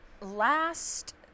last